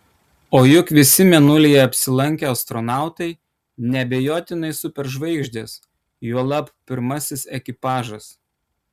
o juk visi mėnulyje apsilankę astronautai neabejotinai superžvaigždės juolab pirmasis ekipažas